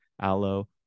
aloe